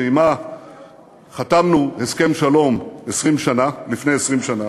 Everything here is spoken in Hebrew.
שעמה חתמנו הסכם שלום לפני 20 שנה.